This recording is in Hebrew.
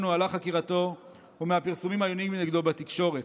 נוהלה חקירתו ומהפרסומים העוינים נגדו בתקשורת.